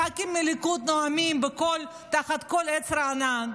ח"כים מהליכוד נואמים תחת כל עץ רענן,